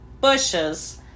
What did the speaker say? bushes